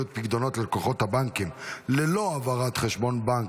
ניוד פיקדונות ללקוחות הבנקים ללא העברת חשבון בנק),